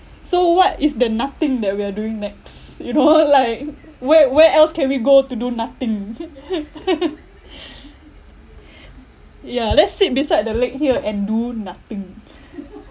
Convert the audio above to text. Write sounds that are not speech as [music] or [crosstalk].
so what is the nothing that we are doing next [laughs] you know like [laughs] where where else can we go to do nothing [laughs] [noise] ya let's sit beside the lake here and do nothing